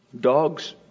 dogs